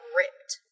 ripped